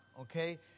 okay